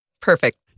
Perfect